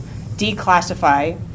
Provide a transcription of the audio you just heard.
declassify